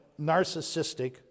narcissistic